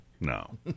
no